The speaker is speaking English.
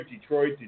Detroit